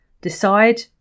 decide